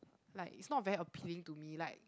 like it's not very appealing to me like